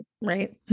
Right